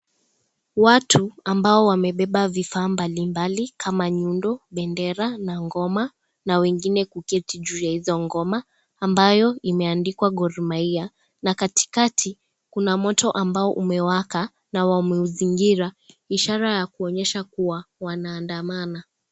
Watu ambao wamebeba vifaa mbalimbali, kama nyundo, bendera na ngoma na wengine kuketi juu ya hizo ngoma, ambayo imeandikwa Gor Mahia na katikati, kuna moto ambao umewaka na wameuzingira ishara ya kuonyesha kuwa wanaandamana.